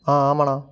ஆ ஆமாம்ணா